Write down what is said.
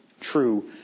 True